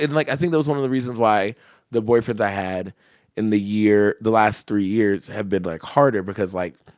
like, i think that was one of the reasons why the boyfriends i had in the year the last three years have been, like, harder because, like,